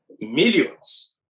millions